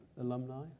Alumni